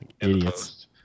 Idiots